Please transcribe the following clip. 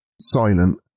silent